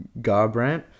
Garbrandt